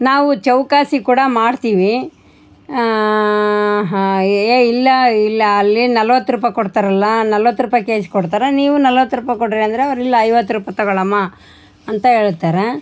ನಾವು ಚೌಕಾಸಿ ಕೂಡ ಮಾಡ್ತೀವಿ ಏ ಇಲ್ಲ ಇಲ್ಲ ಅಲ್ಲಿ ನಲವತ್ತು ರೂಪಾಯಿ ಕೊಡ್ತಾರಲ್ಲ ನಲವತ್ತು ರೂಪಾಯಿ ಕೆಜಿ ಕೊಡ್ತಾರೆ ನೀವು ನಲವತ್ತು ರೂಪಾಯಿ ಕೊಡ್ರಿ ಅಂದ್ರೆ ಅವ್ರು ಇಲ್ಲ ಐವತ್ತು ರೂಪಾಯಿ ತಗೊಳಮ್ಮ ಅಂತ ಹೇಳ್ತಾರೆ